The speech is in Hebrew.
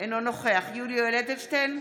אינו נוכח יולי יואל אדלשטיין,